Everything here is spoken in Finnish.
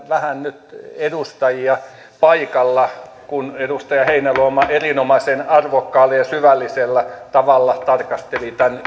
vähän nyt edustajia paikalla kun edustaja heinäluoma erinomaisen arvokkaalla ja ja syvällisellä tavalla tarkasteli